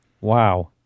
wow